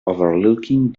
overlooking